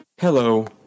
Hello